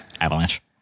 Avalanche